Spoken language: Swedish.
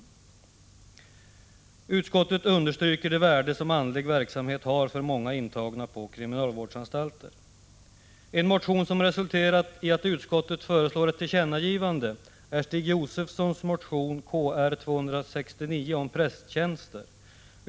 Utskottet understryker det värde som andlig verksamhet har för många intagna på kriminalvårdsanstalter. En motion som resulterat i att utskottet föreslår ett tillkännagivande är Stig Josefsons motion Kr264 om prästtjänster.